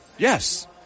Yes